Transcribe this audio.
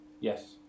Yes